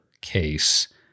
case